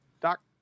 Doc